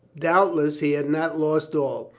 doubtless he had not lost all.